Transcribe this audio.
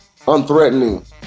unthreatening